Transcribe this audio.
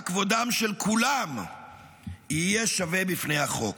שבה כבודם של כולם יהיה שווה בפני החוק,